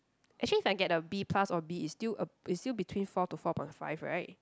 actually if I get the B plus or B is still uh is still between four to four point five right